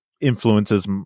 influences